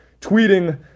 tweeting